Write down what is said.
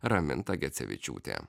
raminta gecevičiūtė